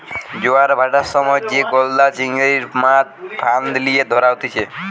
জোয়ার ভাঁটার সময় যে গলদা চিংড়ির, মাছ ফাঁদ লিয়ে ধরা হতিছে